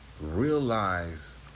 Realize